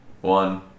one